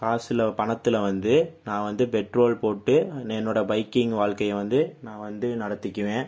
காசில் பணத்தில் வந்து நான் வந்து பெட்ரோல் போட்டு என்னோட பைக்கிங் வாழ்க்கையை வந்து நான் வந்து நடத்திக்குவேன்